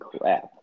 crap